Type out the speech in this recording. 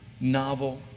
novel